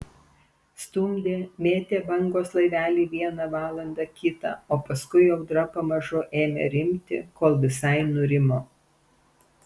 stumdė mėtė bangos laivelį vieną valandą kitą o paskui audra pamažu ėmė rimti kol visai nurimo